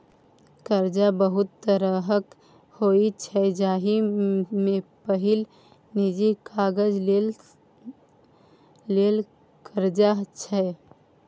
करजा बहुत तरहक होइ छै जाहि मे पहिल निजी काजक लेल करजा छै